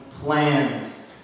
plans